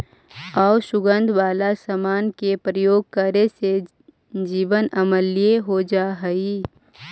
आउ सुगंध वाला समान के प्रयोग करे से जमीन अम्लीय हो जा हई